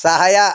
ಸಹಾಯ